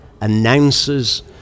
announces